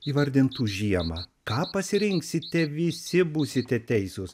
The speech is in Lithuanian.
įvardintų žiemą ką pasirinksite visi būsite teisūs